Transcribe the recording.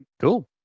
Cool